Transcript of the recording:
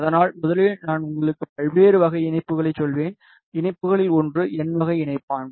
அதனால் முதலில் நான் உங்களுக்கு பல்வேறு வகை இணைப்பிகளைச் சொல்வேன் இணைப்பிகளில் ஒன்று n வகை இணைப்பான்